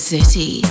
City